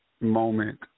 moment